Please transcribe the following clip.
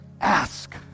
ask